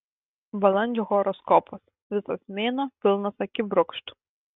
balandžio horoskopas visas mėnuo pilnas akibrokštų